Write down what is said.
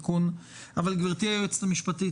גברתי היועצת המשפטית,